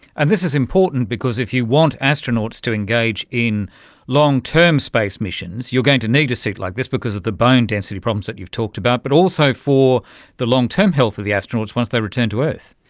and this is important because if you want astronauts to engage in long term space missions, you are going to need a suit like this because of the bone density problems that you've talked about but also for the long-term health of the astronauts once they return to earth.